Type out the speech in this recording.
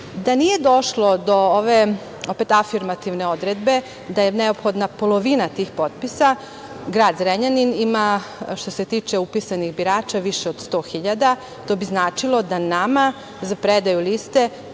nije došlo do ove afirmativne odredbe da je neophodna polovina tih potpisa, grad Zrenjanin ima, što se tiče upisanih birača više od 100 hiljada, to bi značilo da nama za predaju liste